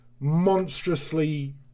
monstrously